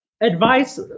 advice